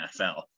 NFL